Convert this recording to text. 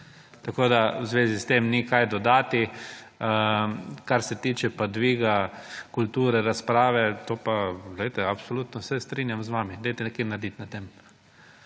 V zvezi s tem ni kaj dodati. Kar se tiče pa dviga kulture razprave to pa poglejte absolutno se strinjam z vami dajte nekaj narediti na tem.